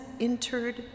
entered